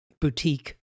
boutique